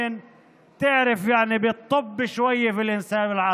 לראשונה בתולדות הכנסת,